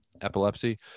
epilepsy